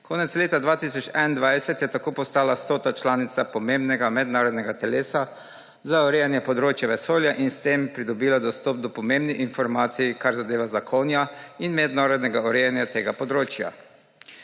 Konec leta 2021 je tako postala 100 članica pomembnega mednarodnega telesa za urejanje področja vesolja in s tem pridobila dostop do pomembnih informacij, kar zadeva zakone in mednarodnega urejanja tega področja.